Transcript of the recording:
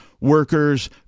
workers